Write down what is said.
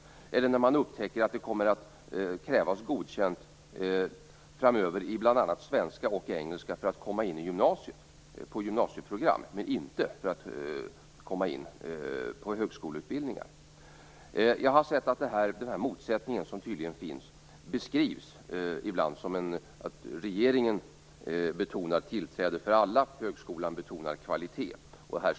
Vad händer när man upptäcker att det kommer att krävas godkänt betyg i bl.a. svenska och engelska framöver för att komma in på ett gymnasieprogram, men inte för att komma in på en högskoleutbildning? Det finns tydligen en motsättning och en konflikt här. Den beskrivs som att regeringen betonar tillträde för alla medan högskolan betonar kvalitet.